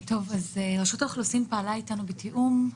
רשות האוכלוסין פעלה איתנו בתיאום.